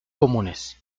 comunes